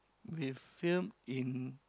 we film in